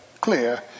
clear